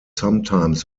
sometimes